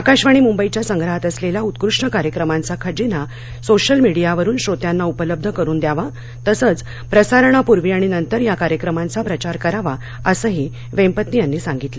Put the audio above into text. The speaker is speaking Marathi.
आकाशवाणी मुंबईच्या संग्रहात असलेला उत्कृष्ट कार्यक्रमांचा खजिनासोशल मिडीयावरून श्रोत्यांना उपलब्ध करून द्यावातसंच प्रसारणापूर्वी आणि नंतर या कार्यक्रमांचा प्रचार करावा असंही वेम्पती यांनी सांगितलं